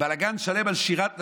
בלגן שלם על שירת נשים,